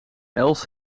els